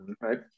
right